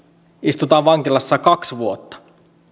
istutaan vankilassa kaksi vuotta